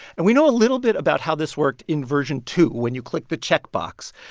and we know a little bit about how this worked in version two when you clicked the check box.